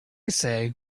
say